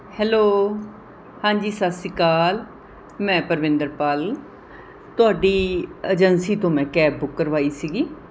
hello ਹਾਂਜੀ ਸਤਿ ਸ਼੍ਰੀ ਅਕਾਲ ਮੈਂ ਪਰਵਿੰਦਰਪਾਲ ਤੁਹਾਡੀ ਏਜੰਸੀ ਤੋਂ ਮੈਂ ਕੈਬ ਬੁੱਕ ਕਰਵਾਈ ਸੀਗੀ